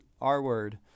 R-word